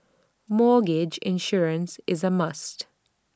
mortgage insurance is A must